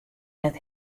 net